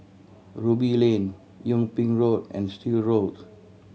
Ruby Lane Yung Ping Road and Still Road